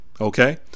Okay